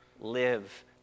live